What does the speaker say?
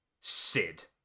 Sid